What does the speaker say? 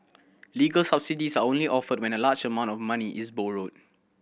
legal subsidies are only offered when a large amount of money is borrowed